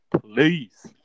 please